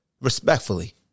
respectfully